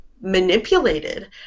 manipulated